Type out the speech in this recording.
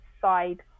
side